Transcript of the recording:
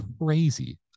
crazy